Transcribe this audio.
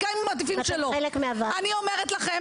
ולכן אני אומר,